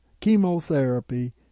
chemotherapy